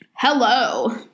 Hello